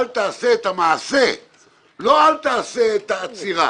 אל תעשה את המעשה, לא: אל תעשה את העצירה.